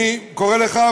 אני קורא לך,